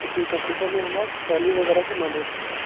चूँकि कम्प्यूटरमे हमरा टैली वगैरहके नौलेज छै